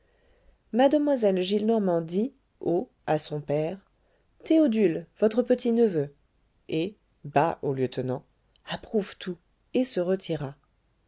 mademoiselle gillenormand dit haut à son père théodule votre petit-neveu et bas au lieutenant approuve tout et se retira